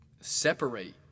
separate